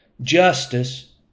justice